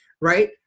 right